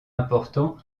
importants